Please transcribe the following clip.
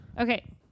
Okay